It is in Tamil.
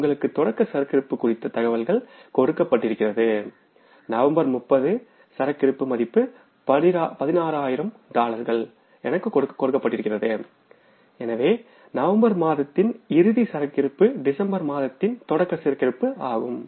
உங்களுக்கு தொடக்கசரக்கிரப்பு குறித்த தகவல்கள் கொடுக்கப்பட்டிருக்கிறது நவம்பர் 30 சரக்கிருப்பு மதிப்பு 16000 டாலர்கள் என கொடுக்கப்பட்டிருக்கிறது எனவேநவம்பர் மாதத்தின் இறுதி சரக்கிருப்பு டிசம்பர் மாதத்தின் தொடக்க சரக்கிருப்பு ஆகும்